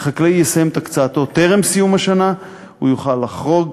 חקלאי יסיים את הקצאתו טרם סיום השנה הוא יוכל לחרוג,